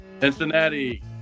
Cincinnati